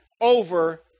over